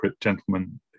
gentlemen